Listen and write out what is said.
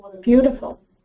Beautiful